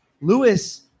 Lewis